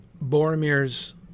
Boromir's